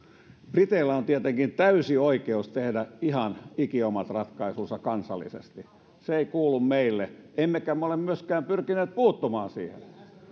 briteillä on tietenkin täysi oikeus tehdä ihan ikiomat ratkaisunsa kansallisesti se ei kuulu meille emmekä me ole myöskään pyrkineet puuttumaan siihen